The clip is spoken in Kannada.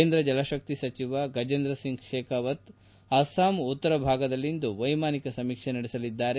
ಕೇಂದ್ರ ಜಲತಕ್ಷಿ ಸಚಿವ ಗಜೇಂದ್ರ ಸಿಂಗ್ ಶೇಖಾವತ್ ಅಸ್ವಾಂ ಉತ್ತರ ಭಾಗದಲ್ಲಿಂದು ವ್ಲೆಮಾನಿಕ ಸಮೀಕ್ಷೆ ನಡೆಸಲಿದ್ದಾರೆ